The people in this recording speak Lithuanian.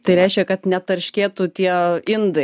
tai reiškia kad netarškėtų tie indai